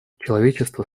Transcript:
человечество